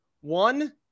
One